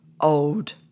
old